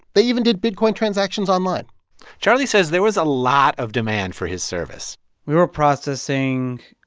they even did bitcoin transactions online charlie says there was a lot of demand for his service we were processing